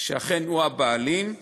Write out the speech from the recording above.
שאכן הוא הבעלים,